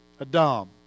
Adam